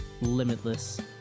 limitless